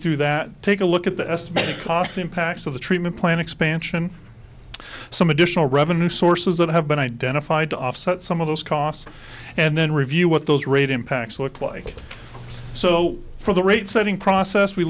through that take a look at the estimated cost impacts of the treatment plan expansion some additional revenue sources that have been identified to offset some of those costs and then review what those rate impacts look like so for the rate setting process we